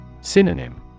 Synonym